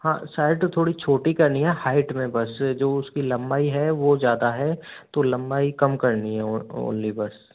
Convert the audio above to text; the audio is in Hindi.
हाँ साइड थोड़ी छोटी करनी हैं हाइट में बस जो उसकी लंबाई है वो ज़्यादा है तो लंबाई कम करनी है ओनली बस